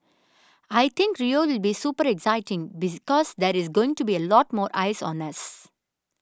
I think Rio will be super exciting because there is going to be a lot more eyes on us